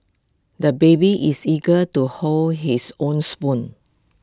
the baby is eager to hold his own spoon